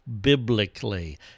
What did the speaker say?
biblically